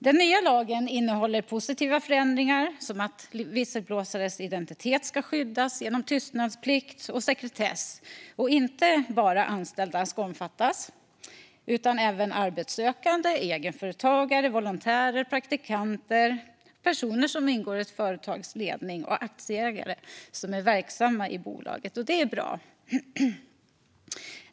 Den nya lagen innehåller positiva förändringar som att visselblåsares identitet ska skyddas genom tystnadsplikt och sekretess och att inte bara anställda ska omfattas utan även arbetssökande, egenföretagare, volontärer, praktikanter, personer som ingår i ett företags ledning och aktieägare som är verksamma i bolaget. Det är bra.